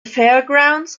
fairgrounds